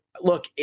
Look